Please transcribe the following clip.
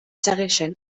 segueixen